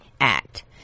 Act